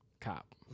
cop